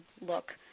look